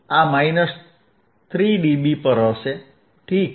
આ minus 3 dB પર હશે ઠીક છે